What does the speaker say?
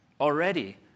Already